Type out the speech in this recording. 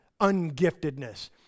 ungiftedness